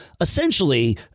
Essentially